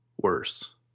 worse